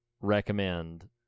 recommend